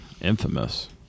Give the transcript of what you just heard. Infamous